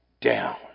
down